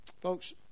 Folks